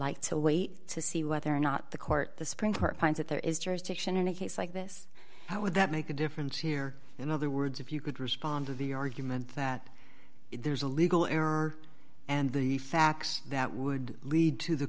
like to wait to see whether or not the court the supreme court finds that there is jurisdiction in a case like this would that make a difference here in other words if you could respond to the argument that there's a legal error and the facts that would lead to the